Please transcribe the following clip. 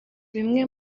bimwe